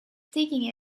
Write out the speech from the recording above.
taking